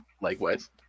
Likewise